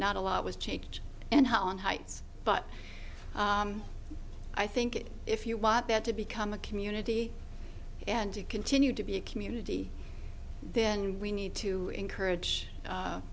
not a lot was changed and how on heights but i think if you want that to become a community and to continue to be a community then we need to encourage